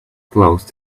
close